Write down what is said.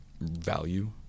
value